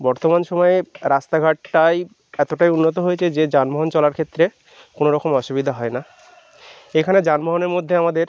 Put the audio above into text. বর্তমান সমায়ে রাস্তাঘাটটাই এতোটাই উন্নত হয়েছে যে যানবাহন চলার ক্ষেত্রে কোনো রকম অসুবিধা হয় না এখানে যানবাহনের মধ্যে আমাদের